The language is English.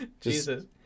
Jesus